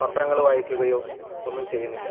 പത്രങ്ങൾ വായിക്കുകയോ ഒന്നും ചെയ്യുന്നില്ല